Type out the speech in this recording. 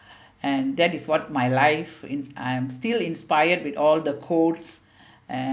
and that is what my life I'm still inspired with all the course and